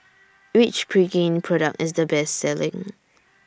Which Pregain Product IS The Best Selling